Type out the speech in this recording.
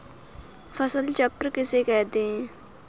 फसल चक्र किसे कहते हैं?